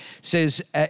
says